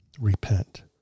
repent